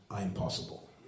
impossible